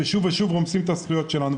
ושוב ושוב רומסים את הזכויות שלנו.